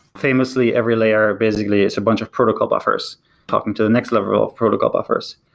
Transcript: famously every layer basically is a bunch of protocol buffers talking to the next level of protocol buffers.